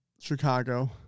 Chicago